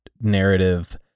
narrative